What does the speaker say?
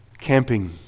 camping